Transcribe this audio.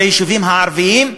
ביישובים הערביים,